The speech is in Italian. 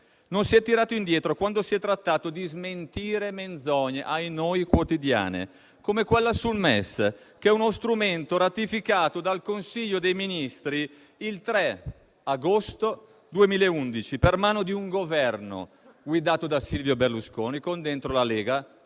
Non si è tirato indietro quando si è trattato di smentire menzogne - ahinoi quotidiane - come quella sul MES, che è uno strumento ratificato dal Consiglio dei ministri il 3 agosto 2011, per mano di un Governo guidato da Silvio Berlusconi con dentro la Lega di